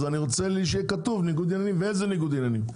אז אני רוצה שיהיה כתוב ניגוד עניינים ואיזה ניגוד עניינים.